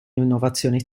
innovazioni